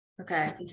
Okay